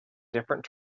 different